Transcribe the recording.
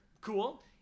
Cool